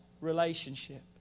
relationship